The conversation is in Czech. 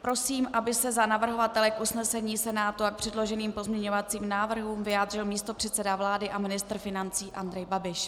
Prosím, aby se za navrhovatele k usnesení Senátu a k předloženým pozměňovacím návrhům vyjádřil místopředseda vlády a ministr financí Andrej Babiš.